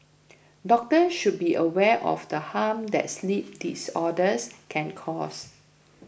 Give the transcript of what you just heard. doctor should be aware of the harm that sleep disorders can cause